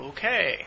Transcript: Okay